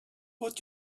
would